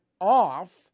off